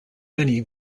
many